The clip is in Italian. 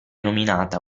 nominata